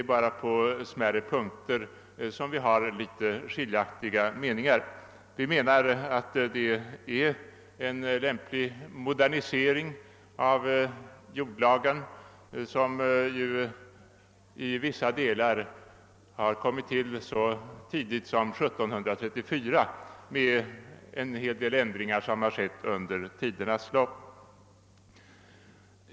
Endast på några smärre punkter har vi haft litet skilj aktiga meningar. Vi anser att förslaget är en lämplig modernisering av den gamla jordabalken, som i vissa delar kom till så tidigt som 1734. Därefter har en del ändringar gjorts under tidernas lopp.